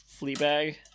Fleabag